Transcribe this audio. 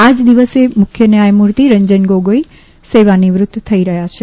આ જ દિવસે મુખ્ય ન્યાયમૂર્તિ રંજન ગોગોઈ સેવા નિવૃત્ત થઈ રહ્યા છે